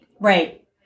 Right